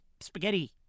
spaghetti